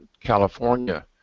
California